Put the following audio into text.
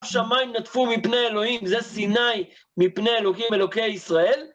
שמיים נטפו מפני אלוהים, זה סיני מפני אלוקים, אלוקי ישראל?